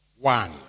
One